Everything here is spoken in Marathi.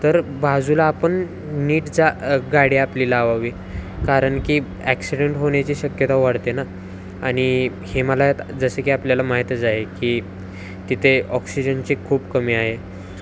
तर बाजूला आपण नीट जा गाडी आपली लावावी कारण की ॲक्सिडंट होण्याची शक्यता वाढते ना आणि हिमालयात जसें की आपल्याला माहीतच आहे की तिथे ऑक्सिजनची खूप कमी आहे